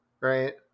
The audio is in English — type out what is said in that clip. Right